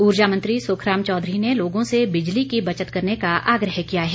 ऊर्जा मंत्री सुखराम चौधरी ने लोगों से बिजली की बचत करने का आग्रह किया है